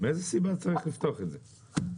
מאיזו סיבה צריך לפתוח את זה?